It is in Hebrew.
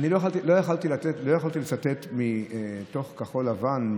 אני לא יכולתי לצטט מתוך כחול לבן,